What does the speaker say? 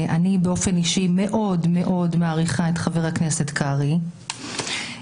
אני באופן אישי מאוד-מאוד מעריכה את חבר הכנסת קרעי אבל,